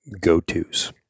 go-to's